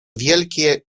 wielkie